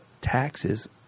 taxes